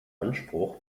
anspruch